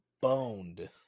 boned